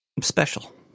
special